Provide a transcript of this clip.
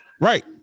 Right